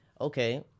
Okay